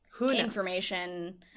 information